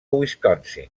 wisconsin